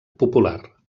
popular